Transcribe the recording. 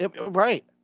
Right